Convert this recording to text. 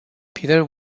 peter